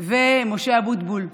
ומשה אבוטבול מש"ס,